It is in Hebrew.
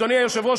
אדוני היושב-ראש,